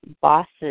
bosses